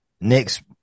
Next